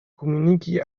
komuniki